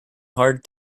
hard